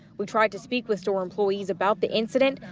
we tried to speak with store employees about the incident,